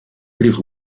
chris